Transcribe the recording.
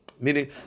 Meaning